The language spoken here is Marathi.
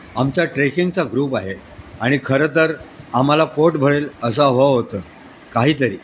आमचा ट्रेकिंगचा ग्रुप आहे आणि खरंंतर आम्हाला पोट भरेल असं हवं होतं काहीतरी